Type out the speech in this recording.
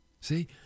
See